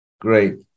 Great